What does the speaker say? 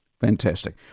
Fantastic